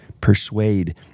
persuade